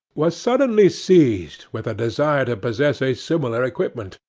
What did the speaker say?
was suddenly seized with a desire to possess a similar equipment,